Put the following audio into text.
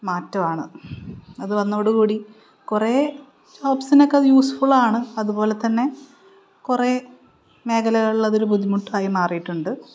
മാറ്റമാണ് അത് വന്നതോടുകൂടി കുറേ ജോബ്സിനൊക്കെ അത് യൂസ്ഫുള്ളാണ് അതുപോലെത്തന്നെ കുറേ മേഖലകളിലതൊരു ബുദ്ധിമുട്ടായി മാറിയിട്ടുണ്ട്